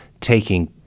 taking